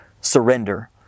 surrender